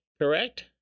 Correct